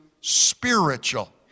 spiritual